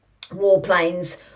warplanes